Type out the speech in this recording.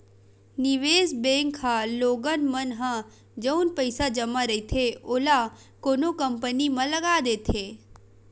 निवेस बेंक ह लोगन मन ह जउन पइसा जमा रहिथे ओला कोनो कंपनी म लगा देथे